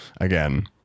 again